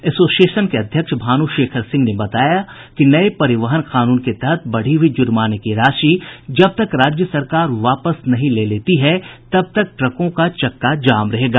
association के अध्यक्ष भानु शेखर सिंह ने बताया कि नये परिवहन कानून के तहत बढ़ी हुई जुर्माने की राशि जब तक राज्य सरकार वापस नहीं लेती है तब तक ट्रकों का चक्का जाम रहेगा